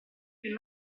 più